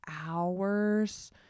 hours